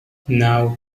now